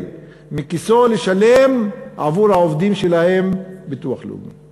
מכיסו כדי לשלם עבור העובדים שלו ביטוח לאומי.